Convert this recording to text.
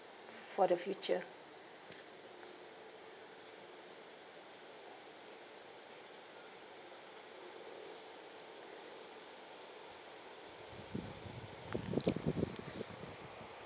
for the future